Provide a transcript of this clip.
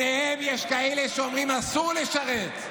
יש בהם כאלה שאומרים: אסור לשרת.